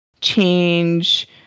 change